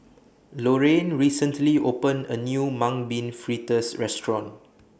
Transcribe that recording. Lorayne recently opened A New Mung Bean Fritters Restaurant